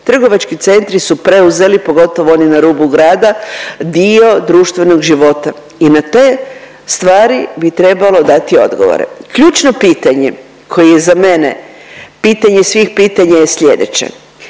Trgovački centri su preuzeli, pogotovo oni na rubu grada dio društvenog života i na te stvari bi trebalo dati odgovore. Ključno pitanje koje je za mene, pitanje svih pitanja je slijedeće.